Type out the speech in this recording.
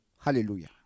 Hallelujah